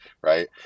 right